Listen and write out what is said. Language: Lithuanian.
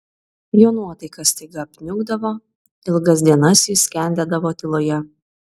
jo nuotaika staiga apniukdavo ilgas dienas jis skendėdavo tyloje